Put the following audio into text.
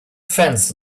fence